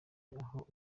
aho